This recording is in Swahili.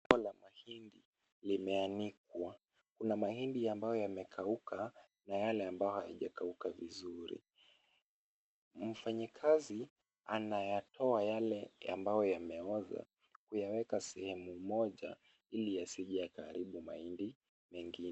Rundo la mahindi limeanikwa. Kuna mahindi ambayo yamekauka na yale ambao hayajakauka vizuri. Mfanyikazi anayatoa yale ambayo yameoza kuyaeka sehemu moja ili yasije yakaharibu mahindi mengine.